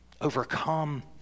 overcome